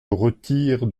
retire